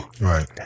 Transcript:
Right